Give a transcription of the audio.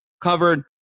covered